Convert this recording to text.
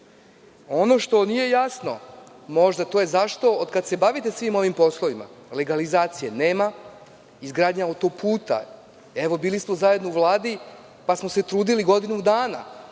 što nije jasno, to je možda – zašto od kad se bavite svim ovim poslovima legalizacije nema? Legalizacija autoputa, evo bili smo zajedno u Vladi, pa smo se trudili godinu dana